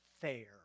fair